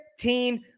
15